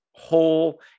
whole